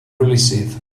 hwylusydd